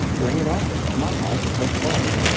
bring it on come on life, let's play okay,